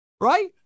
Right